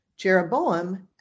Jeroboam